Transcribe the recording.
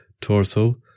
torso